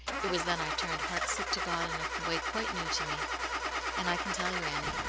it was then i turned heart-sick to god in a way quite new to me and i can tell you, annie,